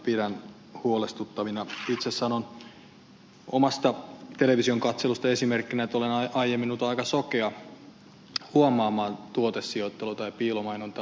itse sanon omasta televisionkatselustani esimerkkinä että olen aiemmin ollut aika sokea huomaamaan tuotesijoittelua tai piilomainontaa